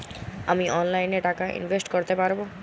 আমি অনলাইনে টাকা ইনভেস্ট করতে পারবো?